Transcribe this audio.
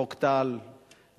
חוק טל באווירה